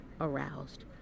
aroused